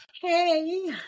Hey